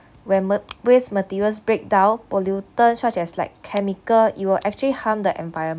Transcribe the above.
when mat~ waste materials breakdown pollutant such as like chemical it will actually harm the